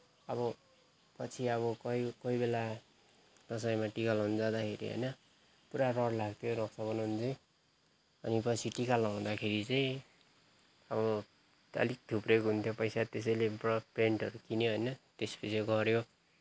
अब पछि अब कोही कोहीबेला होइन दसैँमा टिका लगाउन जाँदाखेरि होइन पुरा रहर लाग्थ्यो बनाउन चाहिँ अनि पछि टिका लाउँदाखेरि चाहिँ अब अलिक थुप्रेको हुन्थ्यो पैसा त्यसैले ब्रस पेन्टहरू किन्यो होइन त्यसपछि गऱ्यो